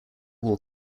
will